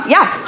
Yes